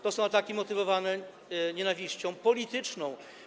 To są ataki motywowane nienawiścią polityczną.